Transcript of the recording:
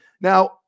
Now